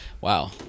Wow